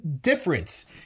difference